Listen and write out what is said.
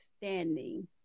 standing